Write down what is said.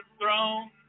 throne